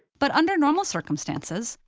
but under normal circumstances,